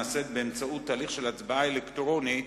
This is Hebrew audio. נעשית באמצעות תהליך של הצבעה אלקטרונית,